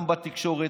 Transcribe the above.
גם בתקשורת,